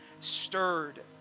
stirred